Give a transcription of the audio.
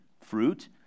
fruit